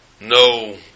no